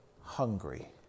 hungry